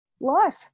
life